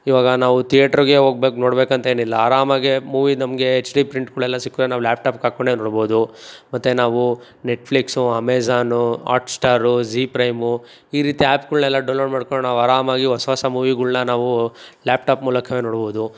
ಇವಾಗ ನಾವು ಥಿಯೇಟರ್ಗೇ ಹೋಗ್ಬೇಕು ನೋಡಬೇಕಂತೇನಿಲ್ಲ ಆರಾಮಾಗಿ ಮೂವಿ ನಮಗೆ ಎಚ್ ಡಿ ಪ್ರಿಂಟ್ಗಳೆಲ್ಲ ಸಿಕ್ರೆ ನಾವು ಲ್ಯಾಪ್ಟಾಪ್ಗೆ ಹಾಕ್ಕೊಂಡೆ ನೋಡ್ಬೋದು ಮತ್ತೆ ನಾವು Netflix Amazon Hotstar Zee Prime ಈ ರೀತಿ ಆ್ಯಪ್ಗಳ್ನೆಲ್ಲ ಡೌನ್ಲೋಡ್ ಮಾಡ್ಕೊಂಡು ನಾವು ಆರಾಮಾಗಿ ಹೊಸ ಹೊಸ ಮೂವಿಗಳ್ನ ನಾವು ಲ್ಯಾಪ್ ಟಾಪ್ ಮೂಲಕವೇ ನೋಡ್ಬೋದು